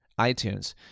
iTunes